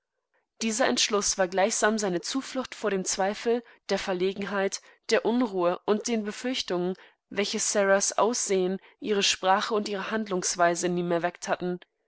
dieser entschluß war gleichsam seine zuflucht vor dem zweifel der verlegenheit der unruhe und den befürchtungen welche saras aussehen ihre sprache und ihre handlungsweise in ihm erweckt hatten